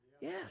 Yes